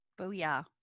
Booyah